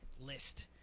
list